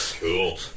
Cool